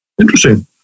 Interesting